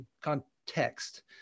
context